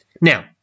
Now